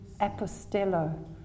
apostello